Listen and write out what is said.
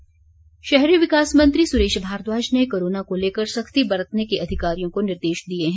सुरेश भारद्वाज शहरी विकास मंत्री सुरेश भारद्वाज ने कोरोना को लेकर सख्ती बरतने के अधिकारियों को निर्देश दिए हैं